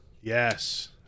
Yes